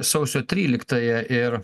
sausio tryliktąją ir